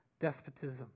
despotism